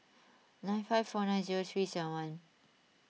nine five four nine zero three seven